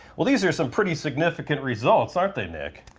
well these are some pretty significant results, aren't they nick?